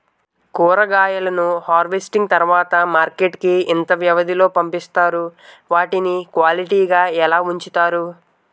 కూరగాయలను హార్వెస్టింగ్ తర్వాత మార్కెట్ కి ఇంత వ్యవది లొ పంపిస్తారు? వాటిని క్వాలిటీ గా ఎలా వుంచుతారు?